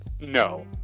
no